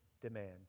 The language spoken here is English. demand